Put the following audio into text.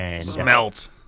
Smelt